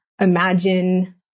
Imagine